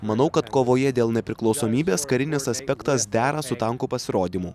manau kad kovoje dėl nepriklausomybės karinis aspektas dera su tankų pasirodymu